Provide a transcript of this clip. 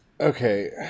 okay